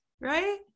right